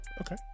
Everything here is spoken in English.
Okay